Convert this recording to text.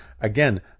again